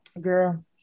girl